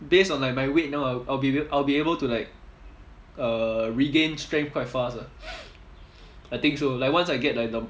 based on like my weight now I'll be I'll be able to like uh regain strength quite fast ah I think so like once I get like the